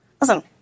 Listen